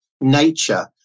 nature